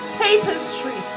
tapestry